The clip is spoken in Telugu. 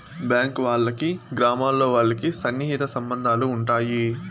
బ్యాంక్ వాళ్ళకి గ్రామాల్లో వాళ్ళకి సన్నిహిత సంబంధాలు ఉంటాయి